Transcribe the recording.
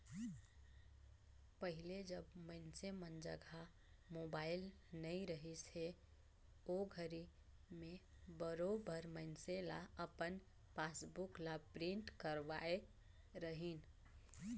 पहिले जब मइनसे मन जघा मोबाईल नइ रहिस हे ओघरी में बरोबर मइनसे न अपन पासबुक ल प्रिंट करवाय रहीन